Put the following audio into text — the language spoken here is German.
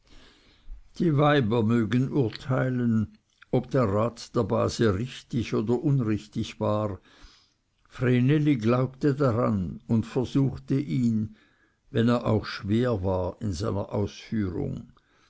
die weiber mögen urteilen ob der rat der base richtig oder unrichtig war vreneli glaubte daran und versuchte ihn wenn er auch schwer war in seiner ausführung